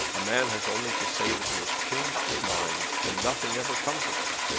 a man has only to say that he has changed his mind and nothing ever comes of it.